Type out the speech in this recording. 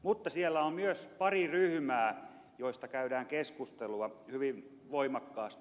mutta siellä on myös pari ryhmää joista käydään keskustelua hyvin voimakkaasti